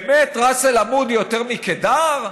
באמת ראס אל-עמוד יותר מקדר?